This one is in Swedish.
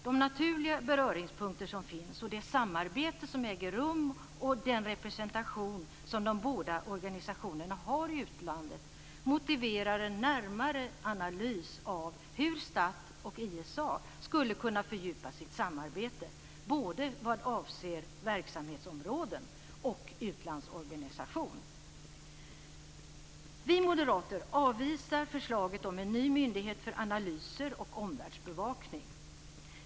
De naturliga beröringspunkter som finns och det samarbete som äger rum samt den representation som de båda organisationerna har i utlandet motiverar en närmare analys av hur STATT och ISA skulle kunna fördjupa sitt samarbete, både vad avser verksamhetsområden och utlandsorganisation. Vi moderater avvisar förslaget om en ny myndighet för analyser och omvärldsbevakning.